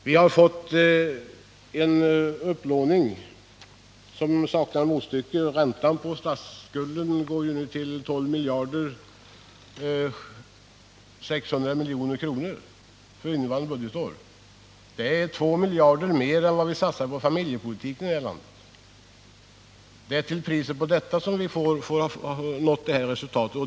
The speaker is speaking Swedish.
Vi har en upplåning som saknar motstycke. Räntan på statsskulden uppgår nu till 12 600 milj.kr. för innevarande budgetår. Det är 2 miljarder mer än vad vi satsar på familjepolitiken här i landet. Det är till det priset vi har nått detta resultat.